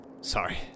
sorry